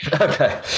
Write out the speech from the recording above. okay